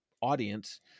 audience